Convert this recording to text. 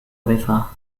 river